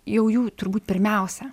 jau jų turbūt pirmiausia